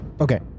Okay